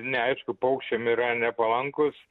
neaišku paukščiam yra nepalankūs